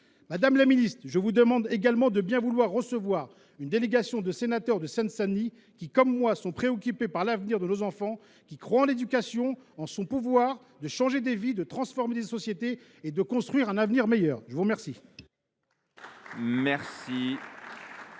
Saint Denis ? Je vous demande également de bien vouloir recevoir une délégation de sénateurs de Seine Saint Denis qui, comme moi, sont préoccupés par l’avenir de nos enfants et croient en l’éducation, en son pouvoir de changer des vies, de transformer des sociétés et de construire un avenir meilleur. La parole